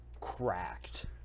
cracked